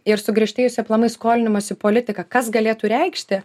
ir sugriežtėjusi aplamai skolinimosi politika kas galėtų reikšti